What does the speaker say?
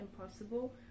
impossible